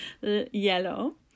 yellow